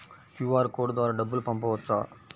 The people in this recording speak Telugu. క్యూ.అర్ కోడ్ ద్వారా డబ్బులు పంపవచ్చా?